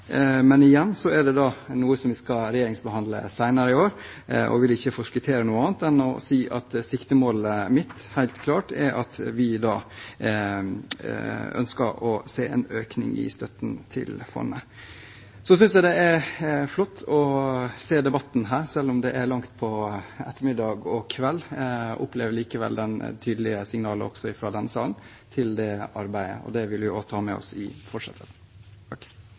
Men dette er noe vi skal behandle i regjering senere i år, jeg vil ikke forskuttere noe annet enn å si at siktemålet mitt helt klart er at vi ønsker å se en økning i støtten til fondet. Jeg synes det er flott å høre denne debatten, selv om det er langt på ettermiddag og kveld. Jeg opplever tydelige signal også fra denne salen til det arbeidet. Det vil vi ta med oss i fortsettelsen.